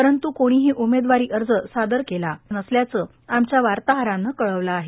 परंतु कोणीही उमेदवारी अर्ज सादर केलं नसल्याचं आमच्या वार्ताहरानं कळवलं आहे